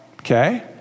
okay